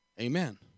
Amen